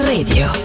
Radio